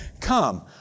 come